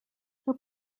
her